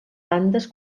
bandes